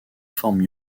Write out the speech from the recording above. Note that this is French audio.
formes